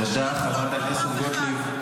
תודה, חברת הכנסת גוטליב.